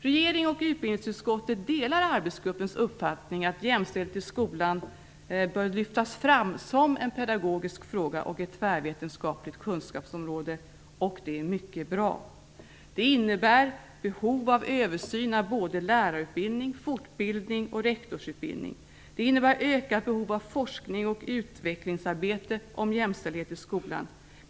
Regeringen och utbildningsutskottet delar arbetsgruppens uppfattning att jämställdhet i skolan bör lyftas fram som en pedagogisk fråga och ett tvärvetenskapligt kunskapsområde, och det är mycket bra. Det innebär behov av översyn av både lärarutbildning, fortbildning och rektorsutbildning. Det innebär ökat behov av forskning och utvecklingsarbete om jämställdhet i skolan.